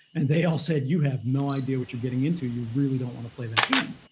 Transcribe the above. and they all said, you have no idea what you're getting into. you really don't want to play that game.